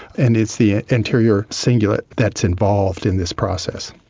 and it's the ah anterior cingulate that's involved in this process.